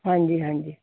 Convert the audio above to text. ਹਾਂਜੀ ਹਾਂਜੀ